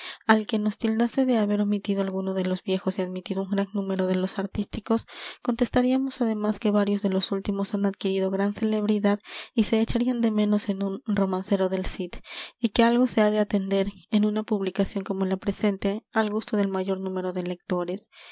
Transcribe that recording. al que nos tildase de haber omitido alguno de los viejos y admitido un gran número de los artísticos contestaríamos además que varios de los últimos han adquirido gran celebridad y se echarían de menos en un romancero del cid y que algo se ha de atender en una publicación como la presente al gusto del mayor número de lectores